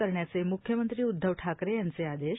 करण्याचे मुख्यमंत्री उदधव ठाकरे यांचे आदेश